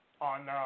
On